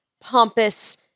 pompous